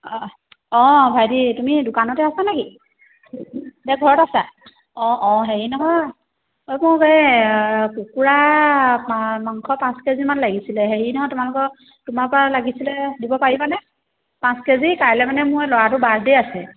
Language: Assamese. অঁ অঁ ভাইটি তুমি দোকানতে আছা নেকি এতিয়া ঘৰত আছা অঁ অঁ হেৰি নহয় এই মোক এই কুকুৰা পা মাংস পাঁচ কেজিমান লাগিছিলে হেৰি নহয় তোমালোকৰ তোমাৰ পৰা লাগিছিলে দিব পাৰিবানে পাঁচ কেজি কাইলৈ মানে মোৰ ল'ৰাটোৰ বাৰ্থডে আছে